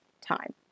time